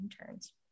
interns